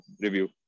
review